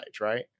right